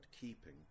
keeping